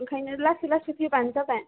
ओंखायनो लासै लासै फैबानो जाबाय